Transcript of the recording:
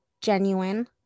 genuine